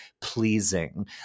pleasing